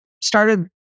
started